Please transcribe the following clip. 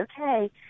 okay